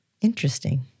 Interesting